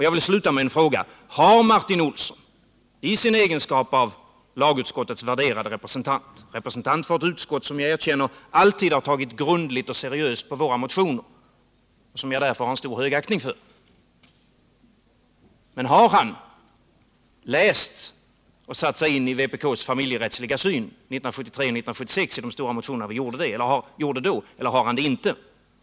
Jag vill sluta med en fråga: Har Martin Olsson i sin egenskap av lagutskottets värderade representant — han är representant för ett utskott som jag erkänner alltid har behandlat våra motioner grundligt och seriöst och som jag därför har stor högaktning för — läst vpk:s stora motioner från åren 1973-1976 och satt sig in i vår familjerättsliga syn?